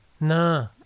Nah